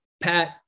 Pat